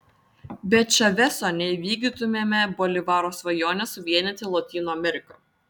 be čaveso neįvykdytumėme bolivaro svajonės suvienyti lotynų ameriką